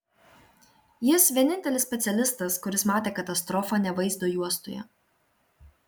jis vienintelis specialistas kuris matė katastrofą ne vaizdo juostoje